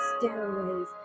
stairways